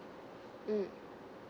mm